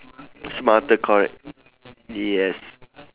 smarter correct yes